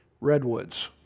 Redwoods